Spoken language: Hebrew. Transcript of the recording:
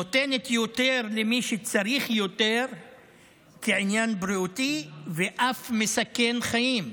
נותנת יותר למי שצריך יותר כעניין בריאותי ואף מסכן חיים,